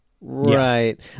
right